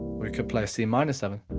we could play a c minor seven